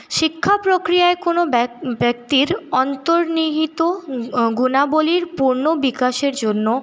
শিক্ষা প্রক্রিয়ায় কোনো ব্যক্তির অন্তর্নিহিত গুণাবলীর পূর্ণ বিকাশের জন্য